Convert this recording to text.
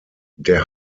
der